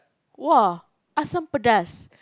!wah! asam-pedas